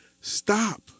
Stop